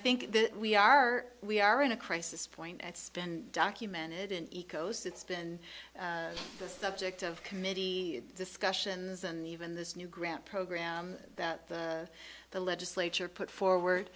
think that we are we are in a crisis point it's been documented in eco's it's been the subject of committee discussions and even this new grant program that the legislature put forward